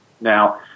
Now